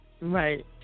Right